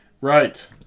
Right